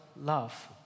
love